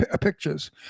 pictures